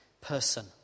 person